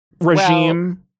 regime